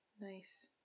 Nice